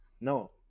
No